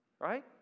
right